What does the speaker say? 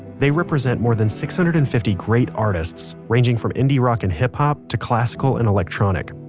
they represent more than six hundred and fifty great artists, ranging from indie rock and hip-hop to classical and electronic.